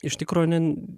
iš tikro ne